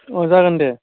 अ जागोन दे